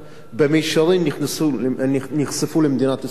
ובמישרין נחשפו למדינת ישראל.